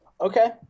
Okay